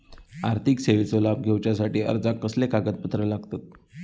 आर्थिक सेवेचो लाभ घेवच्यासाठी अर्जाक कसले कागदपत्र लागतत?